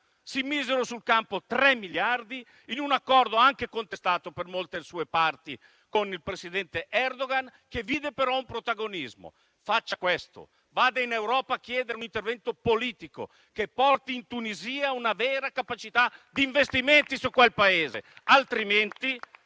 si misero sul campo 3 miliardi in un accordo anche contestato per molte sue parti con il presidente Erdogan, che vide però un protagonismo. Faccia questo: vada in Europa a chiedere un intervento politico che porti in Tunisia una vera capacità di investimenti su quel Paese.